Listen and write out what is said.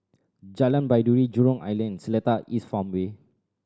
Jalan Baiduri Jurong Island and Seletar East Farmway